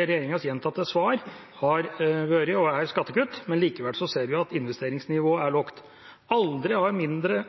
Regjeringas gjentatte svar har vært, og er, skattekutt, men likevel ser vi at investeringsnivået er lavt. Aldri før har en mindre